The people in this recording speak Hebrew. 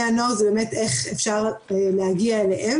אבל השאלה פה של בני הנוער זה באמת איך אפשר להגיע אליהם